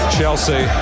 Chelsea